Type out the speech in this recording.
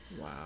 Wow